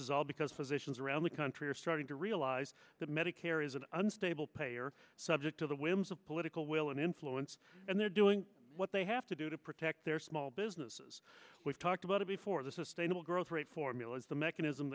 is all because physicians around the country are starting to realize that medicare is an unstable payer subject to the whims of political will and influence and they're doing what they have to do to protect their small businesses we've talked about it before the sustainable growth rate formula is the mechanism